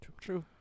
true